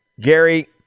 Gary